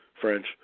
French